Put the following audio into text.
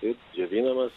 ir džiovinamas